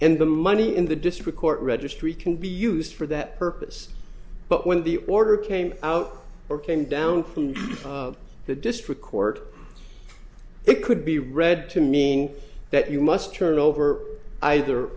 and the money in the district court registry can be used for that purpose but when the order came out or came down from the district court it could be read to mean that you must turn over either